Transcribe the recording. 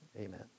Amen